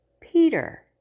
Peter